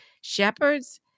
shepherds